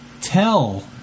tell